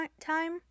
time